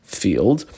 field